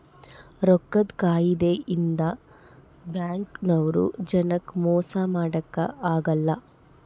ರೊಕ್ಕದ್ ಕಾಯಿದೆ ಇಂದ ಬ್ಯಾಂಕ್ ನವ್ರು ಜನಕ್ ಮೊಸ ಮಾಡಕ ಅಗಲ್ಲ